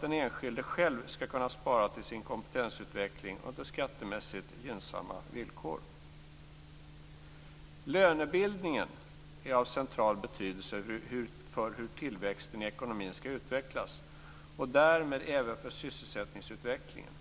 den enskilde själv kan spara till sin kompetensutveckling under skattemässigt gynnsamma villkor. Lönebildningen är av central betydelse för hur tillväxten i ekonomin ska utvecklas och därmed även för sysselsättningsutvecklingen.